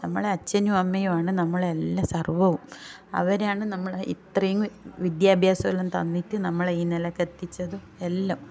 നമ്മളെ അച്ഛനും അമ്മയും ആണ് എല്ലാ സർവ്വവും അവരാണ് നമ്മളെ ഇത്രയും വിദ്യാഭ്യാസം എല്ലാം തന്നിട്ട് നമ്മളെ ഈ നിലയ്ക്ക് എത്തിച്ചതും എല്ലാം